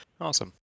Awesome